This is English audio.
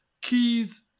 Keys